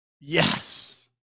Yes